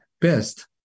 best